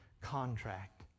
contract